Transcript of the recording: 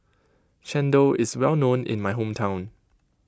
chendol is well known in my hometown